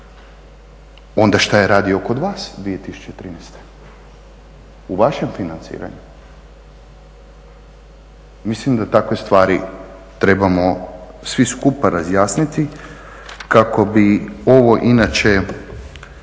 onda šta je radio kod vas 2013., u vašem financiranju? Mislim da takve stvari trebamo svi skupa razjasniti kako bi ovo inače